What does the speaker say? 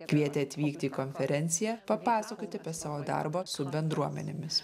kvietė atvykti į konferenciją papasakoti apie savo darbą su bendruomenėmis